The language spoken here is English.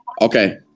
Okay